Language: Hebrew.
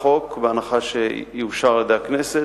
החוק, בהנחה שיאושר על-ידי הכנסת: